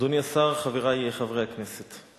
אדוני השר, חברי חברי הכנסת,